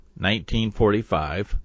1945